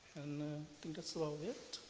think that's about it,